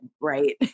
right